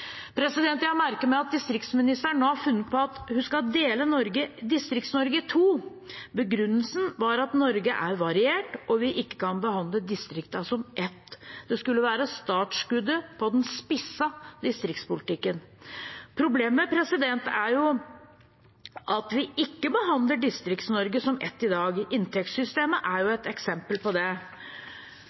Jeg merker meg at distriktsministeren nå har funnet på at hun skal dele Distrikts-Norge i to. Begrunnelsen er at Norge er variert, og at vi ikke kan behandle distriktene som ett. Dette skulle være startskuddet på den spissede distriktspolitikken. Problemet er at vi behandler ikke Distrikts-Norge som ett i dag. Inntektssystemet er et eksempel på det,